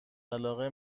علاقه